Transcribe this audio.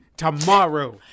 Tomorrow